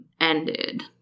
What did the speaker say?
ended